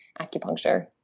acupuncture